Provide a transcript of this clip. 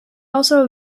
also